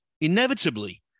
inevitably